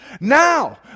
Now